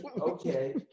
Okay